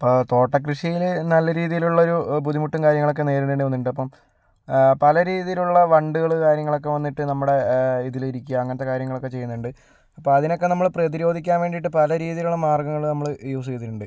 ഇപ്പോൾ തോട്ടക്കൃഷിയിൽ നല്ല രീതിയിലുള്ള ഒരു ബുദ്ധിമുട്ടും കാര്യങ്ങളൊക്കെ നേരിടേണ്ടി വന്നിട്ടുണ്ട് അപ്പം പലരീതിയിലുള്ള വണ്ടുകൾ കാര്യങ്ങളൊക്കെ വന്നിട്ട് നമ്മുടെ ഇതിൽ ഇരിക്കുക അങ്ങനത്തെ കാര്യങ്ങളൊക്കെ ചെയ്യുന്നുണ്ട് അപ്പം അതിനൊക്കെ നമ്മൾ പ്രതിരോധിക്കാൻ വേണ്ടിയിട്ട് പല രീതിയിലുള്ള മാർഗ്ഗങ്ങൾ നമ്മൾ യൂസ് ചെയ്തിട്ടുണ്ട്